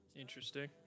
Interesting